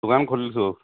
দোকান খুলিছোঁ